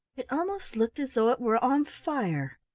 it almost looked as though it were on fire.